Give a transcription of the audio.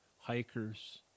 hikers